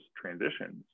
transitions